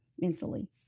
mentally